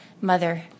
mother